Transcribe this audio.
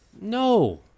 No